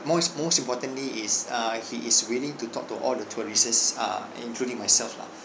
most most importantly is uh he is willing to talk to all the tourists uh including myself lah